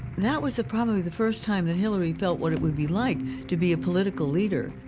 that was probably the first time that hillary felt what it would be like to be a political leader.